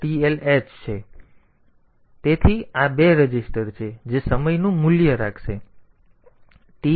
તેથી આ બે રજીસ્ટર છે જે સમયનું મૂલ્ય રાખશે